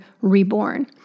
reborn